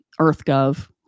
EarthGov